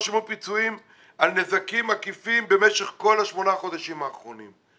פיצויים על נזקים עקיפים במשך כל שמונת החודשים האחרונים.